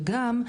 וגם,